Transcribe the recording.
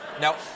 Now